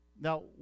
Now